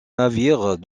navires